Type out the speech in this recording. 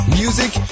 music